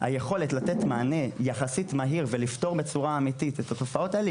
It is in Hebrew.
היכולת לתת מענה יחסית מהיר ולפתור בצורה אמיתית את התופעות האלה,